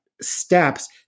steps